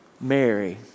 Mary